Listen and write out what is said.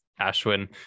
Ashwin